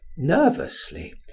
nervously